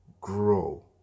grow